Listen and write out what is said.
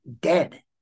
dead